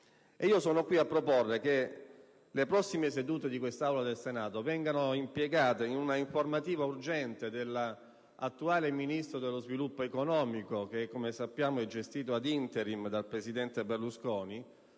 Sono qui a proporre che le prossime sedute dell'Aula del Senato vengano impiegate in una informativa urgente dell'attuale titolare del Ministero dello sviluppo economico, che - come sappiamo - è gestito *ad interim* dal presidente Berlusconi